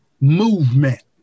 movement